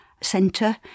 centre